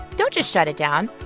don't just shut it down.